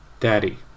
Daddy